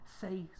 say